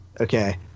Okay